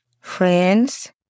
friends